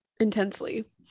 intensely